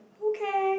okay